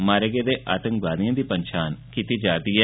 मारे गेदे आतंकवादियें दी पंछान कीती जा'रदी ऐ